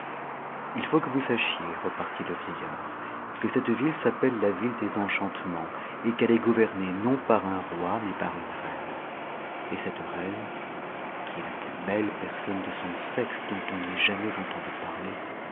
il faut que vous sachiez repartit le vieillard que cette ville s'appelle lavitte des enchantements et qu'elle est gouvernée non pas par un roi mais par une reine et cette reine qui est ta plus belle personne de son sexe dont on ait jamais entendu parler